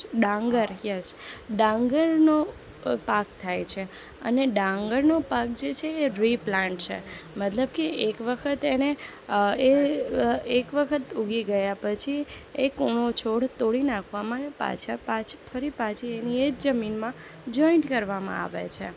ડાંગર યસ ડાંગરનો પાક થાય છે અને ડાંગરનો પાક જે છે એ રીપ્લાન્ટ છે મતલબ કી એક વખત એને એ એક વખત ઉગી ગયા પછી એ કૂણો છોડ તોડી નાખવામાં પાછળ પાછી ફરી પાછી એની એજ જમીનમાં જોઈન્ટ કરવામાં આવે છે